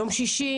יום שישי